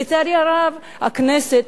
לצערי הרב, חברי הכנסת,